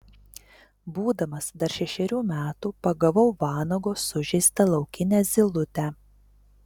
būdamas dar šešerių metų pagavau vanago sužeistą laukinę zylutę